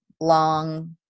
long